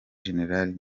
gen